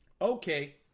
Okay